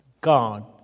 God